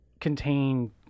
contain